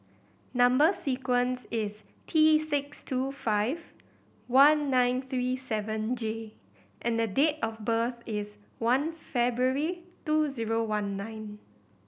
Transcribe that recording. number sequence is T six two five one nine three seven J and date of birth is one February two zero one nine